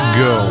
go